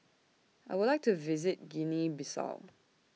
I Would like to visit Guinea Bissau